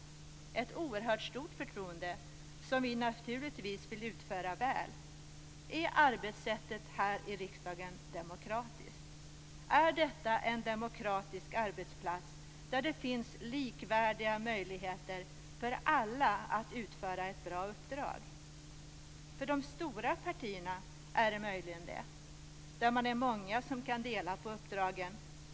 Det är ett oerhört stort förtroende som vi naturligtvis väl vill leva upp till. Är arbetssättet här i riksdagen demokratiskt? Är detta en demokratisk arbetsplats där det finns likvärdiga möjligheter för alla att utföra ett bra uppdrag? För de stora partierna är det möjligen det där man kan dela på uppdragen.